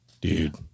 dude